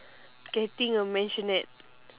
getting a mansionette